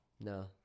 no